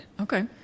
Okay